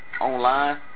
online